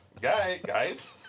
guys